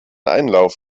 einlauf